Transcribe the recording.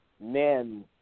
men